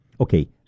Okay